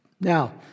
Now